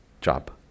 Job